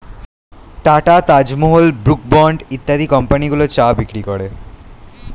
tata, Taj Mahal, Brooke bond ইত্যাদি কোম্পানিগুলো চা বিক্রি করে